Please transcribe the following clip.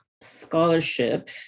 scholarship